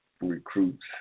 recruits